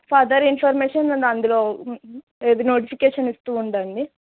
further information మీరు అందులో ఏది నోటిఫికేషన్ ఇస్తూ ఉండండి